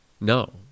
No